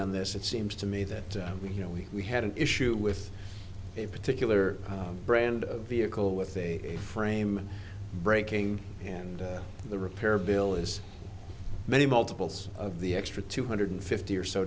on this it seems to me that we you know we we had an issue with a particular brand of vehicle with a frame breaking and the repair bill is many multiples of the extra two hundred fifty or so